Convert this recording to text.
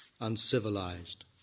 uncivilized